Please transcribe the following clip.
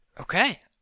Okay